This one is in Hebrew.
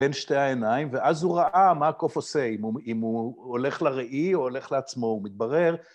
בין שתי העיניים, ואז הוא ראה מה הקוף עושה, אם הוא הולך לראי או הולך לעצמו, ומתברר...